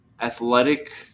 athletic